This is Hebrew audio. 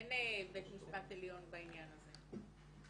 אין בית משפט עליון בעניין הזה.